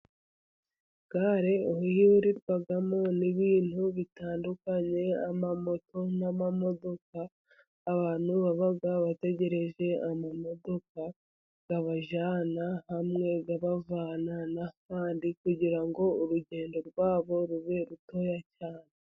Gare ihurirwamo n'ibintu bitandukanye amamoto n'amamodoka. Abantu baba bategereje amamodoka abajyana hamwe abavana ahandi kugira ngo urugendo rwabo rube rutoya cyane.